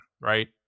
Right